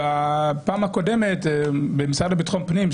בפעם הקודמת במשרד לביטחון פנים,